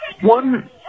One